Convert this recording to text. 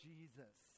Jesus